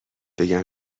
بگم